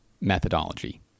methodology